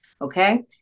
okay